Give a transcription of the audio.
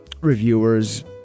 Reviewers